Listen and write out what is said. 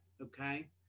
okay